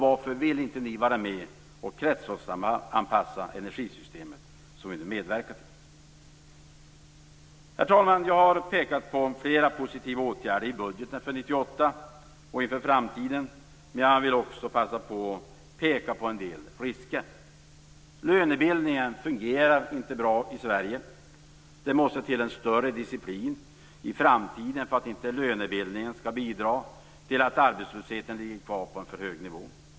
Varför vill ni inte vara med och kretsloppsanpassa energisystemet, som vi nu medverkar till? Herr talman! Jag har pekat på flera positiva åtgärder i budgeten för 1998 och inför framtiden, men jag vill också passa på att peka på en del risker. Lönebildningen fungerar inte bra i Sverige. Det måste till en större disciplin i framtiden för att inte lönebildningen skall bidra till att arbetslösheten kommer att ligga kvar på en för hög nivå.